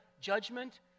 judgment